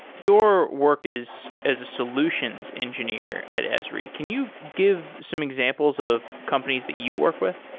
your work is as a solutions engineer at esri. can you give some examples of companies that you work with?